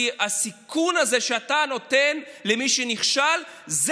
כי הסיכון הזה שאתה נותן למי שנכשל זה